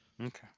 Okay